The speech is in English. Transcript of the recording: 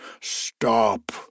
stop